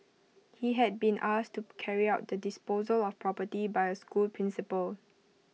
he had been asked to carry out the disposal of property by A school principal